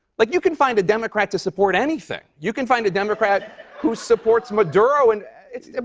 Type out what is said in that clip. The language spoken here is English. like, you can find a democrat to support anything. you can find a democrat who supports maduro and